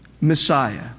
Messiah